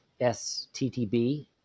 STTB